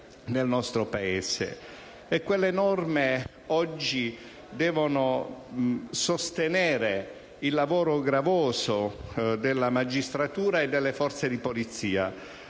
nel nostro Paese. Quelle norme devono, oggi, sostenere il lavoro gravoso della magistratura e delle forze di polizia,